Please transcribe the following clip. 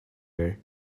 air